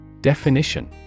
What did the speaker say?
Definition